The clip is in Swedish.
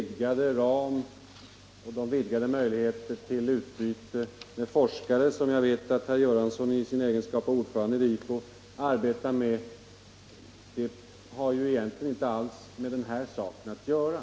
De vidgade möjligheter till utbyte med forskare som jag vet att herr Göransson i egenskap av ordförande i RIFO arbetar med har egentligen inte alls med denna fråga att göra.